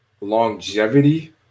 longevity